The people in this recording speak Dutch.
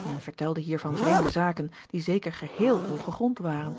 men vertelde hiervan vreemde zaken die zeker geheel ongegrond waren